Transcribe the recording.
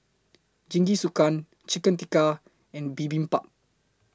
Jingisukan Chicken Tikka and Bibimbap